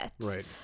right